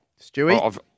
Stewie